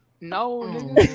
No